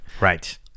Right